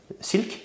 silk